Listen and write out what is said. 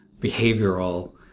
behavioral